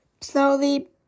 slowly